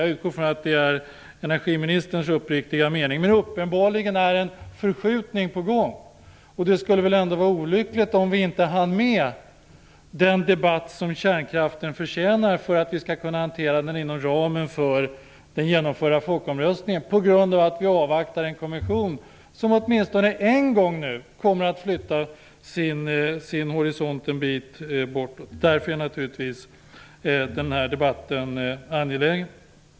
Jag utgår från att det är energiministerns uppriktiga mening. Men uppenbarligen är en förskjutning på gång. Det skulle vara olyckligt om vi inte hann med den debatt som kärnkraften förtjänar - för att vi skall kunna hantera den inom de ramar som gavs av den genomförda folkomröstningen - på grund av att vi avvaktar en kommission som nu kommer att flytta fram sin tidshorisont. Därför är naturligtvis den här debatten angelägen.